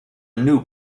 new